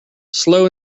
slow